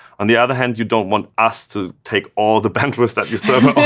on the other hand, you don't want us to take all the bandwidth that your server